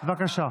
בבקשה.